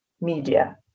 media